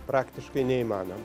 praktiškai neįmanoma